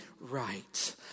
right